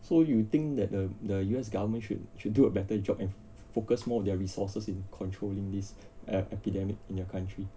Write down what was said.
so you think that the the U_S government should should do a better job and focus more of their resources in controlling this epidemic in their country